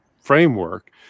framework